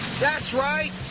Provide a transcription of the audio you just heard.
that's right.